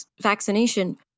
vaccination